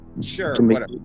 sure